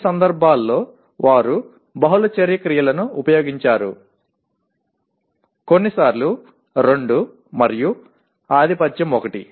కొన్ని సందర్భాల్లో వారు బహుళ చర్య క్రియలను ఉపయోగించారు కొన్నిసార్లు రెండు మరియు ఆధిపత్యం ఒకటి